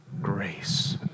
grace